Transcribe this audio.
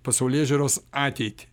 pasaulėžiūros ateitį